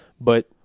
but-